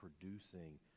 producing